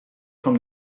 from